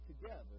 together